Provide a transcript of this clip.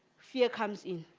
fear comes in